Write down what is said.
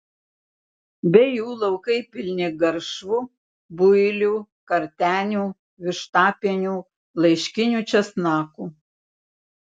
be jų laukai pilni garšvų builių kartenių vištapienių laiškinių česnakų